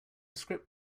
script